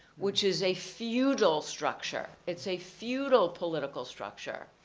which is a feudal structure, it's a feudal political structure.